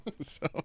So-